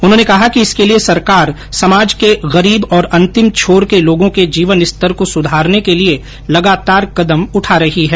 उन्होंने कहा कि इसके लिए सरकार समाज के गरीब और अंतिम छोर के लोगों के जीवन स्तर को सुधारने के लिए लगातार कदम उठा रही है